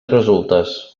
resultes